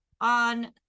on